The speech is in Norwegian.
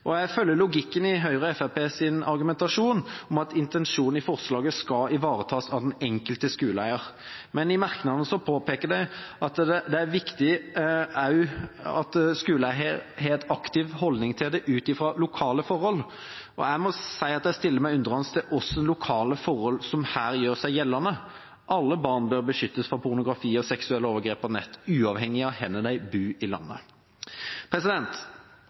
skolen. Jeg følger logikken i Høyre og Fremskrittspartiets argumentasjon om at intensjonen i forslaget skal ivaretas av den enkelte skoleeier. Men i merknadene påpeker de at det er viktig også at skoleeier har en aktiv holdning til dette ut fra lokale forhold. Jeg må si jeg stiller meg undrende til hvilke lokale forhold som her gjør seg gjeldende. Alle barn bør beskyttes fra pornografi og seksuelle overgrep på nett, uavhengig av hvor de bor i landet.